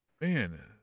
man